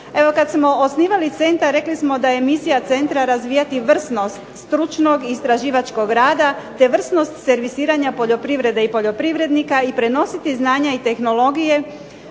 Evo kada smo osnivali Centar rekli smo da je misija Centra razvijati vrsnost, stručnog istraživačkog rada, te vrsnost servisiranja poljoprivrede i poljoprivrednika i prenositi znanja i tehnologije,